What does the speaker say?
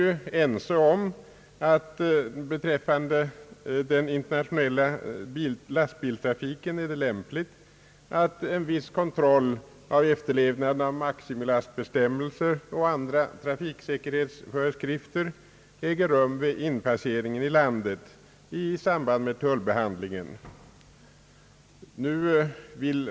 Man är ense om att det beträffande den internationella lastbilstrafiken är lämpligt, att en viss kontroll av efterlevnaden av maximilastbestämmelser och andra trafiksäkerhetsföreskrifter äger rum vid inpasseringen i landet i samband med tullbehandlingen.